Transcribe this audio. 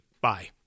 Bye